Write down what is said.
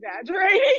exaggerating